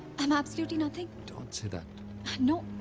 am absolutely nothing. don't say that. no.